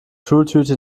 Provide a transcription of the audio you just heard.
schultüte